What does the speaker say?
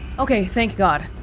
okay, thank god